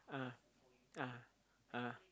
(uh huh) (uh huh) (uh huh)